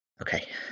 Okay